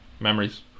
Memories